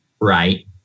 right